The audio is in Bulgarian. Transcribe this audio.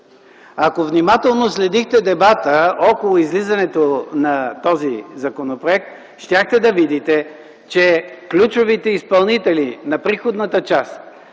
Ако внимателно следихте дебата около излизането на този законопроект, щяхте да видите, че ключовите изпълнители на приходната част